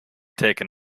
taken